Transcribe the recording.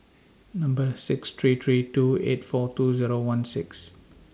Number six three three two eight four two Zero one six